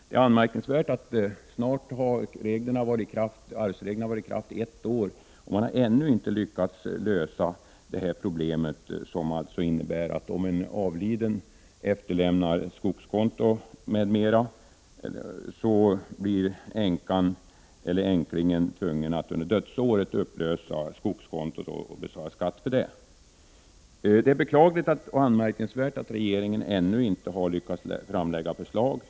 Det är anmärkningsvärt att arvsreglerna snart har gällt i ett år utan att problemet lösts. Om en avliden efterlämnar skogskonton m.m. blir änkan eller änklingen tvungen att under dödsåret upplösa skogskontot och betala den skatt som belöper på detta konto. Det är beklagligt och anmärkningsvärt att regeringen ännu inte lyckats framlägga förslag i frågan.